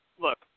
Look